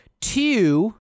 two